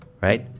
right